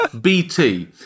BT